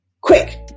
Quick